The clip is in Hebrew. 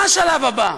מה השלב הבא,